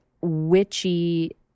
witchy